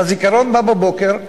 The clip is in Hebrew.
והזיכרון בא בבוקר,